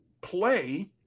play